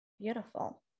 Beautiful